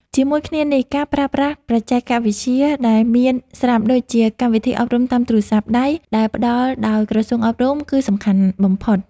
ជាមួយគ្នានេះ ការប្រើប្រាស់បច្ចេកវិទ្យាដែលមានស្រាប់ដូចជាកម្មវិធីអប់រំតាមទូរស័ព្ទដៃ ដែលផ្តល់ដោយក្រសួងអប់រំ គឺសំខាន់បំផុត។